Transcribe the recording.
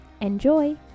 Enjoy